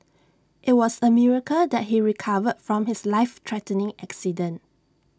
IT was A miracle that he recovered from his life threatening accident